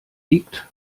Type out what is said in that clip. liegt